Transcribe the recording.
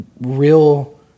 real